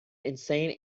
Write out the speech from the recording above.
insane